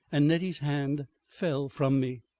and nettie's hand fell from me.